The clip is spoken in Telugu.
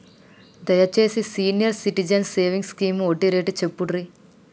దయచేసి సీనియర్ సిటిజన్స్ సేవింగ్స్ స్కీమ్ వడ్డీ రేటు చెప్పుర్రి